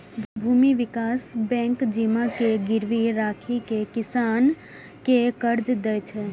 भूमि विकास बैंक जमीन के गिरवी राखि कें किसान कें कर्ज दै छै